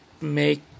make